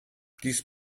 dies